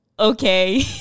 Okay